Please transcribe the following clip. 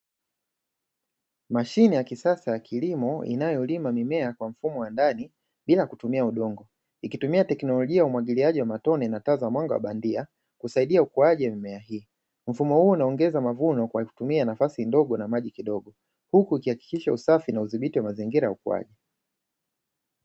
Mashine ya kisasa ya kilimo inayolima mimea kwa mfumo wa ndani bila kutumia udongo, ikitumia teknolojia ya umwagiliaji wa matone na taa za mwanga wa bandia kusaidia ukuaji mimea hii, mfumo huo unaongeza mavuno kwa kutumia nafasi ndogo na maji kidogo huku ikihakikisha usafi na udhibiti wa mazingira ya ukuaji.